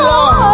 Lord